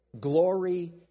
Glory